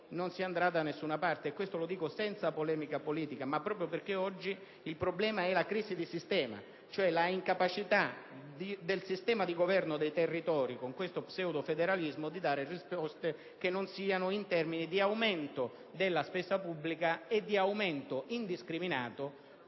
non si andrà da nessuna parte. Lo dico senza polemica politica, ma proprio perché oggi il problema è la crisi di sistema, cioè l'incapacità del sistema di governo dei territori, con questo pseudofederalismo, di dare risposte che non siano in termini di aumento della spesa pubblica e di aumento indiscriminato